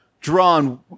drawn